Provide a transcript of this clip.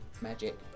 magic